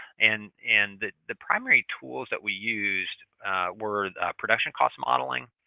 and and the the primary tools that we used were production cost modeling,